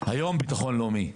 היום ביטחון לאומי,